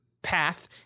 path